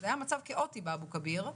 כמו שהיה באסון מירון.